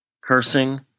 cursing